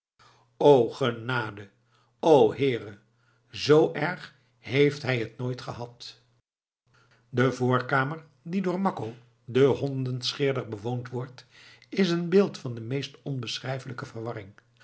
o genade o heere zoo erg heeft hij t nooit gehad de voorkamer die door makko den hondenscheerder bewoond wordt is een beeld van de meest onbeschrijfelijke verwarring